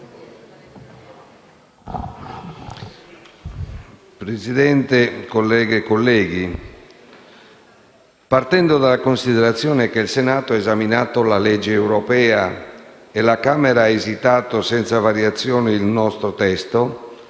Presidente, colleghe e colleghi, partendo dalla considerazione che il Senato ha esaminato la legge europea e la Camera ha esitato senza variazioni il nostro testo,